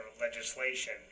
legislation